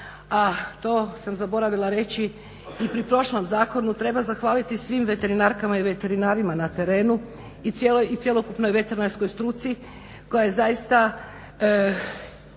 a to sam zaboravila reći i pri prošlom zakonu, treba zahvaliti svim veterinarkama i veterinarima na terenu i cjelokupnoj veterinarskoj struci koja je zaista